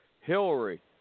Hillary